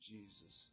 Jesus